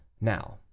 now